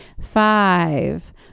Five